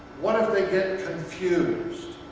what if they get confused?